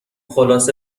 خلاصه